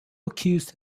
accused